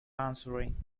answering